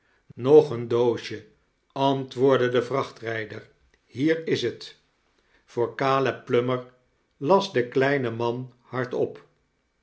nog een doosje antwoordde de vrachtrijder hier is t voor caleb plummer las de kleine man hardop